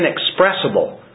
inexpressible